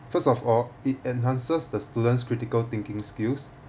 first of all it enhances the students critical thinking skills